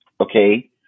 Okay